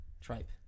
Tripe